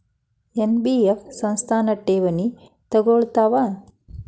NBF ಸಂಸ್ಥಾ ಠೇವಣಿ ತಗೋಳ್ತಾವಾ?